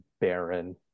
barren